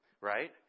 right